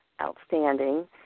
outstanding